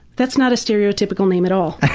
that's not a stereotypical name at all.